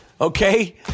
okay